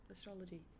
Astrology